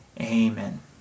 amen